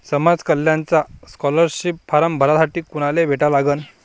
समाज कल्याणचा scholarship form भरासाठी कुनाले भेटा लागन?